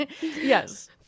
yes